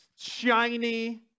shiny